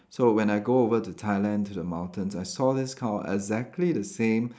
so when I go over to Thailand to the mountains I saw this cow exactly the same